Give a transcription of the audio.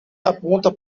aponta